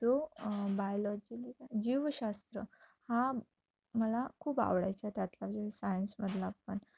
जो बायलॉजी जीवशास्त्र हा मला खूप आवडायचा त्यातला जे सायन्समधला पण